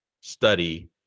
study